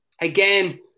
again